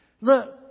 Look